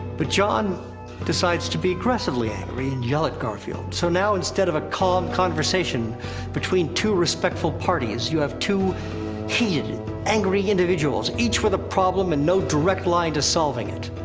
but jon decides to be aggressively angry and yell at garfield. so now, instead of a calm conversation between two respectful parties, you have two heated, angry individuals, each with a problem and no direct line to solving it.